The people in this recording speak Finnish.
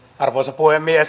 arvoisa puhemies